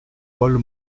paul